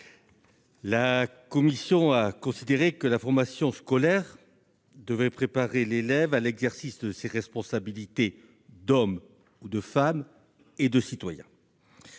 La commission a considéré que la formation scolaire devait préparer l'élève à l'exercice de ses responsabilités d'homme ou de femme et de citoyen.